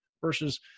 versus